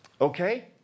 Okay